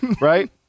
right